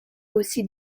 aussi